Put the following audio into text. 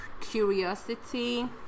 curiosity